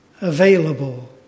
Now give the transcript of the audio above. available